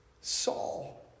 Saul